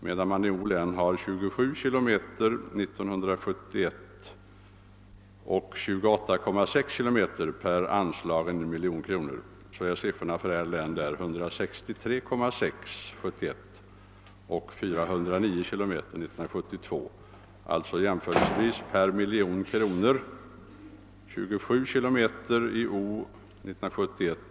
Medan man i O län har 27 km 1971 och 28,6 km 1972 per anslagen miljon kronor så är siffrorna för R län 163,6 km 1971 och 409 km 1972.